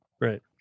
Right